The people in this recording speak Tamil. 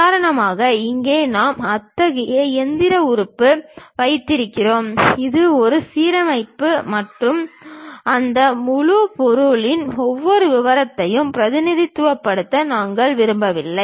உதாரணமாக இங்கே நாம் அத்தகைய இயந்திர உறுப்பு வைத்திருக்கிறோம் இது ஒரு சமச்சீர் மற்றும் அந்த முழு பொருளின் ஒவ்வொரு விவரத்தையும் பிரதிநிதித்துவப்படுத்த நாங்கள் விரும்பவில்லை